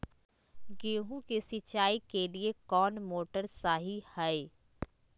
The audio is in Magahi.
गेंहू के सिंचाई के लिए कौन मोटर शाही हाय?